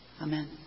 Amen